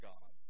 God